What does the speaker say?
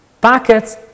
packets